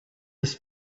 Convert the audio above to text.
his